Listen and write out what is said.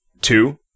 two